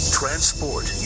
transport